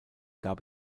gab